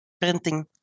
printing